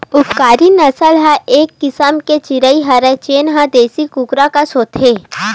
उपकारी नसल ह एक किसम के चिरई हरय जेन ह देसी कुकरा कस होथे